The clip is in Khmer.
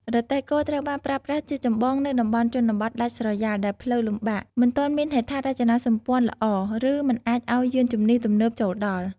រទេះគោ ត្រូវបានប្រើប្រាស់ជាចម្បងនៅ តំបន់ជនបទដាច់ស្រយាល ដែលផ្លូវលំបាក មិនទាន់មានហេដ្ឋារចនាសម្ព័ន្ធល្អ ឬមិនអាចឱ្យយានជំនិះទំនើបចូលដល់ ។